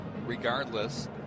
regardless